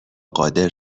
قادر